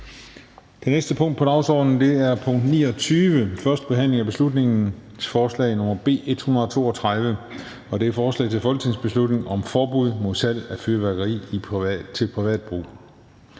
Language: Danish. Det næste punkt på dagsordenen er: 29) 1. behandling af beslutningsforslag nr. B 132: Forslag til folketingsbeslutning om forbud mod salg af fyrværkeri til privat brug